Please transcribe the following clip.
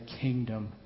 kingdom